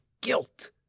guilt